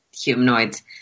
humanoids